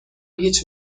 هیچ